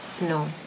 No